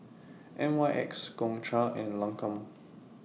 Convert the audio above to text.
N Y X Gongcha and Lancome